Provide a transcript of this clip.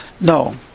No